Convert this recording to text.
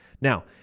now